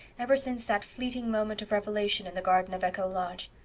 ever since that fleeting moment of revelation in the garden of echo lodge.